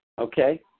Okay